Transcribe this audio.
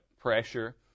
pressure